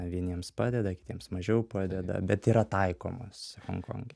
vieniems padeda kitiems mažiau padeda bet yra taikomas honkonge